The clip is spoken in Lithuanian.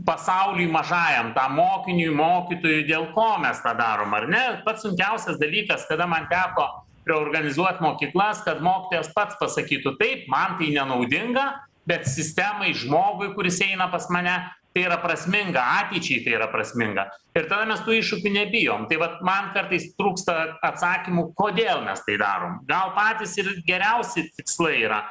pasauly mažajam mokiniui mokytojui dėl ko mes tą darom ar ne pats sunkiausias dalykas kada man teko reorganizuot mokyklas kad mokytojas pats pasakytų taip man tai nenaudinga bet sistemai žmogui kuris eina pas mane tai yra prasminga ateičiai tai yra prasminga ir tada mes tų iššūkių nebijom tai vat man kartais trūksta atsakymų kodėl mes tai darom gal patys ir geriausi tikslai yra